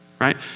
Right